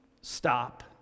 stop